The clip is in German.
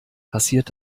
passiert